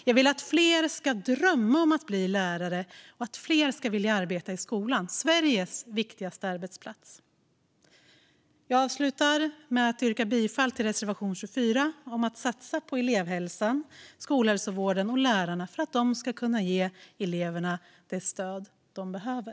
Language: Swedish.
Jag vill att fler ska drömma om att bli lärare och att fler ska vilja arbeta i skolan - Sveriges viktigaste arbetsplats. Jag avslutar med att yrka bifall till reservation 24 om att satsa på elevhälsan, skolhälsovården och lärarna för att de ska kunna ge eleverna det stöd de behöver.